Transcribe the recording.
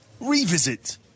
revisit